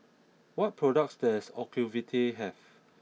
what products does Ocuvite have